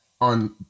on